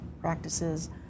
practices